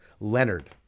Leonard